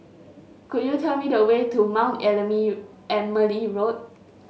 could you tell me the way to Mount Emily Road